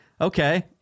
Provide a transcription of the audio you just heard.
okay